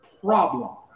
problem